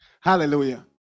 Hallelujah